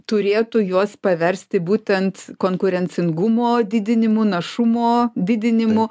turėtų juos paversti būtent konkurencingumo didinimu našumo didinimu